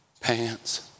pants